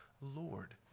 Lord